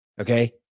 okay